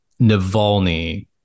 Navalny